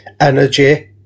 Energy